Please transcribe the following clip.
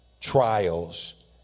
trials